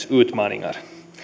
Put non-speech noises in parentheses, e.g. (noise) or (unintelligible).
(unintelligible) utmaningar